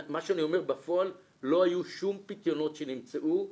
מה שאני אומר, בפועל לא היו שום פיתיונות שנמצאו.